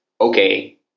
okay